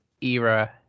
era